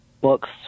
books